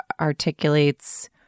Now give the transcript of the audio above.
articulates